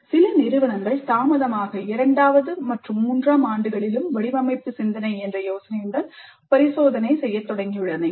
சில நிறுவனங்கள் தாமதமாக இரண்டாவது மற்றும் மூன்றாம் ஆண்டுகளிலும் வடிவமைப்பு சிந்தனை என்ற யோசனையுடன் பரிசோதனை செய்யத் தொடங்கியுள்ளன